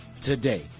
today